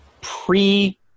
pre-